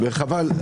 חבל,